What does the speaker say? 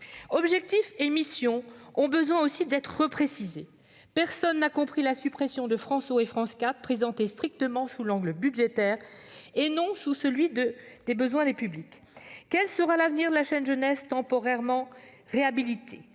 Objectifs et missions doivent être reprécisés. Personne n'a compris la suppression de France Ô et de France 4, présentée strictement sous l'angle budgétaire et non sous celui des besoins des publics. Quel sera l'avenir de la chaîne jeunesse temporairement réhabilitée ?